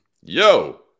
Yo